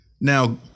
Now